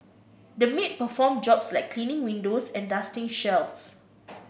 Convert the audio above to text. the maid performed jobs like cleaning windows and dusting shelves